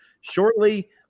shortly